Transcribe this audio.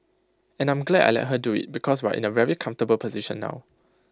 and I'm glad I let her do IT because we're in A very comfortable position now